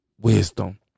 wisdom